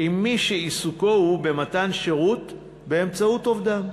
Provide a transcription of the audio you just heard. עם מי שעיסוקו הוא במתן שירות באמצעות עובדיו.